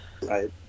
right